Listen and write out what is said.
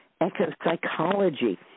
eco-psychology